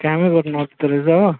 कामै नगरेर हो